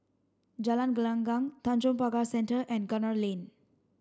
Jalan Gelenggang Tanjong Pagar Centre and Gunner Lane